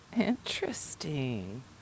interesting